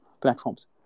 platforms